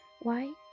Why